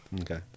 Okay